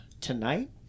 tonight